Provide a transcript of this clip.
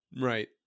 Right